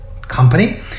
company